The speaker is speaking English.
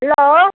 hello